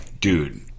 Dude